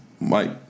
Mike